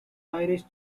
irish